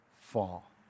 fall